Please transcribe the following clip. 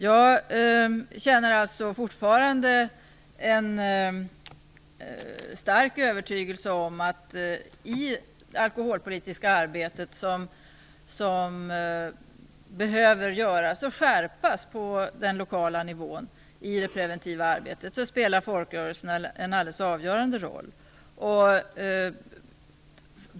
Jag känner alltså fortfarande en stark övertygelse om att folkrörelserna i det alkoholpolitiska arbete som behöver göras, och även skärpas, på den lokala nivån i det preventiva arbetet spelar en alldeles avgörande roll.